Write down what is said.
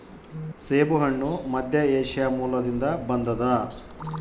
ಸೇಬುಹಣ್ಣು ಮಧ್ಯಏಷ್ಯಾ ಮೂಲದಿಂದ ಬಂದದ